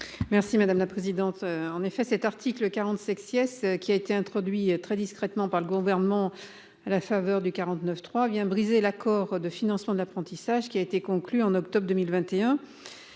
Merci madame la présidente. En effet, cet article 40 sexy est-ce qui a été introduit très discrètement par le gouvernement à la faveur du 49.3 vient briser l'accord de financement de l'apprentissage qui a été conclu en octobre 2021.